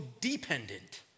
dependent